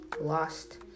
lost